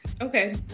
Okay